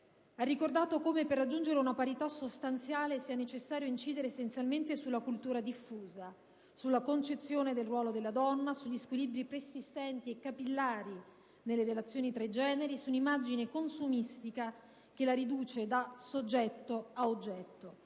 e ribadire) che «per raggiungere una parità sostanziale è necessario incidere essenzialmente sulla cultura diffusa: sulla concezione del ruolo della donna, sugli squilibri persistenti e capillari nelle relazioni tra i generi, su un'immagine consumistica che la riduce da soggetto ad oggetto.